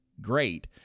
Great